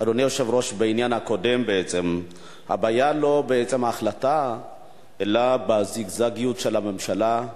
בעניין הקודם: הבעיה לא בעצם ההחלטה אלא בזיגזגיות של הממשלה,